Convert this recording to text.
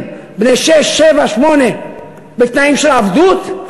בני שש-שבע-שמונה בתנאים של עבדות,